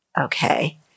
Okay